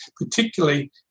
particularly